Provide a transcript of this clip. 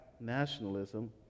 nationalism